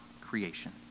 creation